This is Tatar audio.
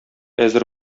әзер